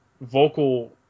vocal